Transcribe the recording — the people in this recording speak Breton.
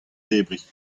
zebriñ